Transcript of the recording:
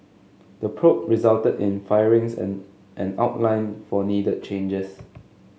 the probe resulted in firings and an outline for needed changes